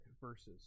verses